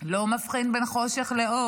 לא מבחין בין חושך לאור.